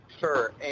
Sure